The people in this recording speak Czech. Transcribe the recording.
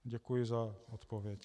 Děkuji za odpověď.